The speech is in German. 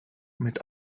mit